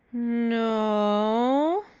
no. o.